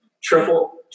Triple